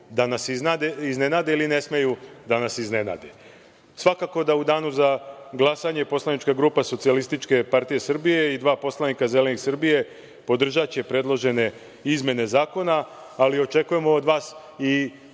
da nas iznenade ili ne smeju da nas iznenade. Svakako da u danu za glasanje, poslanička grupa SPS i dva poslanika Zelenih Srbije, podržaće predložene izmene Zakona, ali očekujemo od vas, i